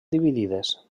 dividides